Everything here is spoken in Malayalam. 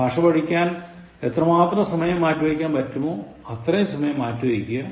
ഭാഷ പഠിക്കാൻ എത്ര മാത്രം സമയം മാറ്റി വക്കാൻ പറ്റുമോ അത്രയും സമയം മാറ്റി വയ്ക്കുക